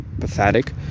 pathetic